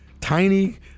tiny